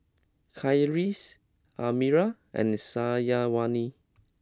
Khalish Amirah and Syazwani